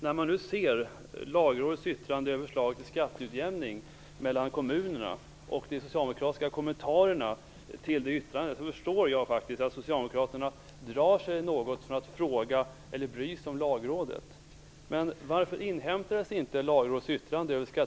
När jag nu ser Lagrådets yttrande över förslaget till skatteutjämning mellan kommunerna och de socialdemokratiska kommentarerna till det förstår jag att socialdemokraterna drar sig något för att fråga Lagrådet eller bry sig om Lagrådet.